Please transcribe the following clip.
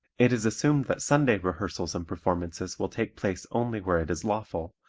it is assumed that sunday rehearsals and performances will take place only where it is lawful,